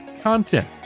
content